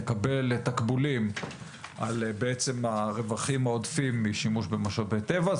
תקבל תקבולים על בעצם הרווחים העודפים משימוש במשאבי הטבע,